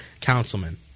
councilman